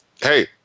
hey